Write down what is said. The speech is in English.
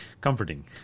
comforting